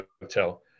hotel